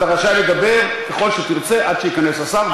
אתה רשאי לדבר ככל שתרצה עד שייכנס השר,